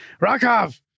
Rakov